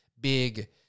big